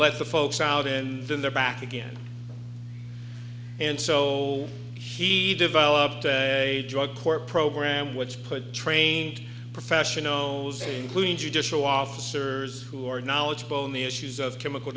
let the folks out in the back again and so he developed a drug court program which put trained professionals including judicial officers who are knowledgeable in the issues of chemical